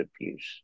abuse